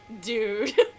Dude